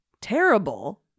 terrible